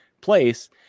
place